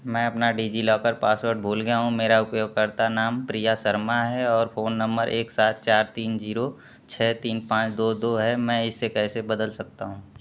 मैं अपना DigiLocker password भूल गया मेरा उपयोगकर्ता नाम प्रिया शर्मा है और फ़ोन नम्बर एक सात चार तीन जीरो छः तीन पाँच दो दो है मैं इसे कैसे बदल सकता हूँ